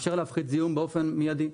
מאפשר להפחית זיהום באופן מידי.